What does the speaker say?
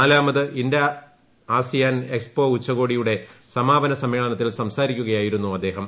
നാല്പാമത് India ASEAN expo ഉച്ചകോടിയുടെ സമാപന സമ്മേളനത്തിൽ സംസാരിക്കുകയായിരുന്നു അദ്ദേഹം